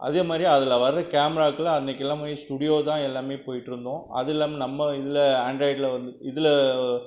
அதேமாதிரி அதில் வர்ற கேமராக்கெல்லாம் அன்றைக்கில்லாம் போய் ஸ்டுடியோதான் எல்லாம் போய்ட்ருந்தோம் அதுவும் இல்லாமல் நம்ம இதில் ஆன்ட்ராய்டுல வந்து இதில்